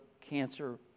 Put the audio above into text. cancer